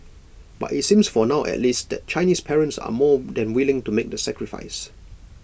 but IT seems for now at least that Chinese parents are more than willing to make the sacrifice